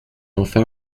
enfin